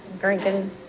drinking